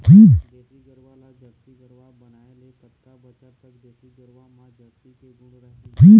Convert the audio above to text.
देसी गरवा ला जरसी गरवा बनाए ले कतका बछर तक देसी गरवा मा जरसी के गुण रही?